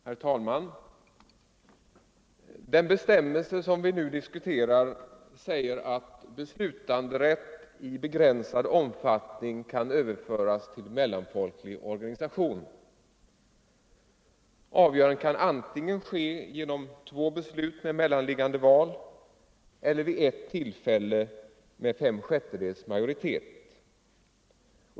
Herr talman! Den bestämmelse som vi nu diskuterar säger att beslutanderätt i begränsad omfattning kan överföras till mellanfolklig organisation. Avgörandet kan ske antingen genom två beslut med mellanliggande val eller vid ett tillfälle med fem sjättedels majoritet.